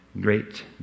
great